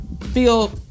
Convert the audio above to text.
feel